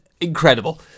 incredible